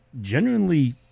genuinely